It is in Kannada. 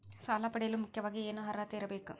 ಸಾಲ ಪಡೆಯಲು ಮುಖ್ಯವಾಗಿ ಏನು ಅರ್ಹತೆ ಇರಬೇಕು?